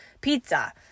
Pizza